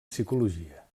psicologia